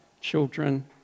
children